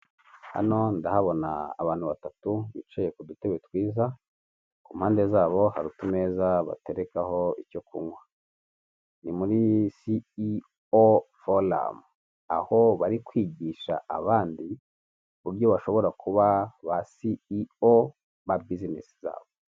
Hano ndahabona abantu batatu bicaye ku dutebe twiza, ku mpande zabo hari utumeza baterekaho icyo kunywa. Ni muri si, i, o, foramu, aho bari kwigisha abandi, uburyo bashobora kuba ba si, i, o, ba bizinesi zabo.